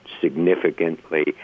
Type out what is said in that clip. significantly